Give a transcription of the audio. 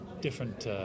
different